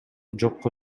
жокко